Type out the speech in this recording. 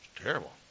Terrible